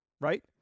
right